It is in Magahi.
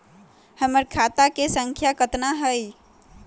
हमर खाता के सांख्या कतना हई?